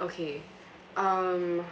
okay um